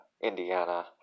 Indiana